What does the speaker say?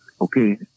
Okay